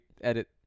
edit